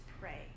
pray